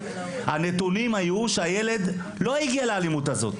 הנתונים היו שהילד לא הגיע לאלימות הזאת.